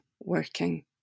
working